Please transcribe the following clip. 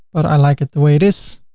but i like it the way it is.